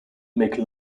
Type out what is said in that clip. make